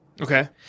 Okay